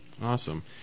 Awesome